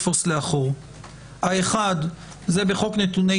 אחד זה בחוק נתוני